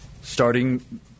starting